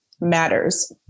matters